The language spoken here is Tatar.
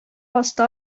асты